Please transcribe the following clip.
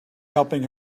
helping